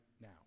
now